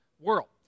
World